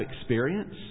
experience